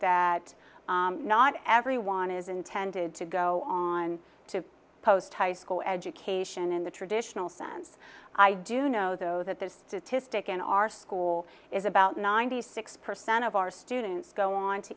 that not everyone is intended to go on to post high school education in the traditional sense i do know though that this statistic in our school is about ninety six percent of our students go on to